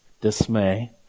dismay